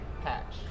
patch